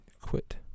Quit